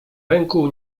ręku